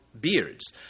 beards